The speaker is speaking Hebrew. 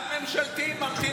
עד ממשלתית, ככה צריך להיות.